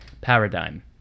Paradigm